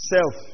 Self